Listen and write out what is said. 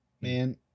man